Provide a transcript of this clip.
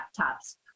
laptops